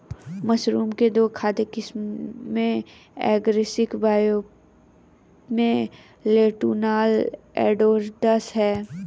mushroom की दो खाद्य किस्में एगारिकस बिस्पोरस और लेंटिनुला एडोडस है